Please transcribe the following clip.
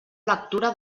lectura